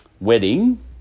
wedding